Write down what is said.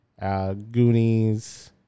Goonies